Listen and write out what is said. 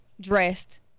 dressed